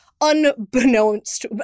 unbeknownst